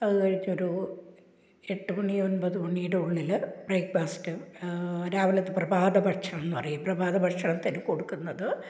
അതു കഴിഞ്ഞൊരു എട്ടുമണി ഒൻപത് മണിയുടെ ഉള്ളിൽ ബ്രേക്ക്ബാസ്റ്റ് രാവിലത്തെ പ്രഭാത ഭക്ഷണമെന്നു പറയും പ്രഭാത ഭക്ഷണത്തിന് കൊടുക്കുന്നത്